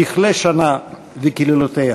תכלה שנה וקללותיה.